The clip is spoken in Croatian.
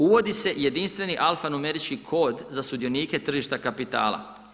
Uvodi se jedinstveni alfanumerički kod za sudionike tržišta kapitala.